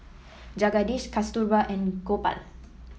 Jagadish Kasturba and Gopal